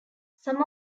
some